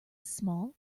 small